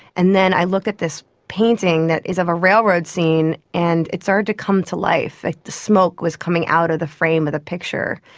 and then i looked at this painting that is of a railroad scene and it started to come to life, the smoke was coming out of the frame of the picture.